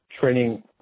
training